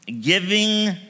giving